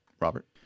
Robert